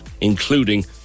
including